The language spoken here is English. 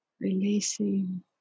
releasing